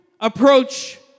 approach